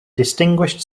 distinguished